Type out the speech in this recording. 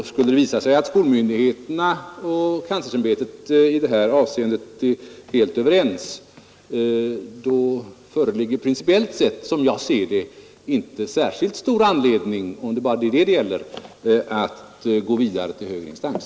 Skulle det visa sig att skolmyndigheterna och kanslersämbetet i det här avseendet är helt överens, då föreligger principiellt, som jag ser det, inte särskilt stor anledning — om det är bara detta det gäller — att gå vidare till högre instans.